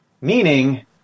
meaning